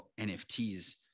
NFTs